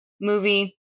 movie